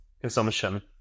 consumption